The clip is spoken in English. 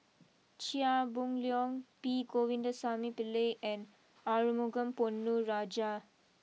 Chia Boon Leong P Govindasamy Pillai and Arumugam Ponnu Rajah